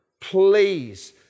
Please